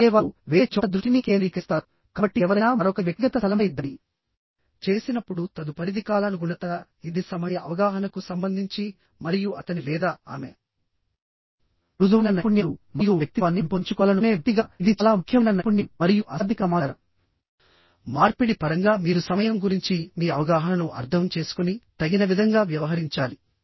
అలాగే వారు వేరే చోట దృష్టిని కేంద్రీకరిస్తారు కాబట్టి ఎవరైనా మరొకరి వ్యక్తిగత స్థలంపై దాడి చేసినప్పుడు తదుపరిది కాలానుగుణత ఇది సమయ అవగాహనకు సంబంధించి మరియు అతని లేదా ఆమె మృదువైన నైపుణ్యాలు మరియు వ్యక్తిత్వాన్ని పెంపొందించుకోవాలనుకునే వ్యక్తిగా ఇది చాలా ముఖ్యమైన నైపుణ్యం మరియు అశాబ్దిక సమాచార మార్పిడి పరంగా మీరు సమయం గురించి మీ అవగాహనను అర్థం చేసుకుని తగిన విధంగా వ్యవహరించాలి